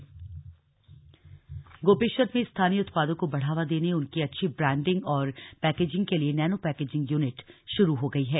nano packaging unit Gopeshwar में स्थानीय उत्पादों को बढ़ावा देने उनकी अच्छी ब्रान्डिंग और पैकेजिंग के लिए नैनो पैकेजिंग यूनिट शुरू हो गई है